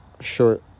short